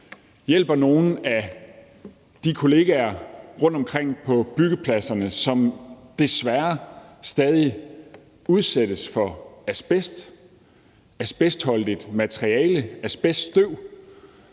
hjælper nogle af de kollegaer rundtomkring på byggepladserne, som desværre stadig udsættes for asbest, asbestholdigt materiale og asbeststøv.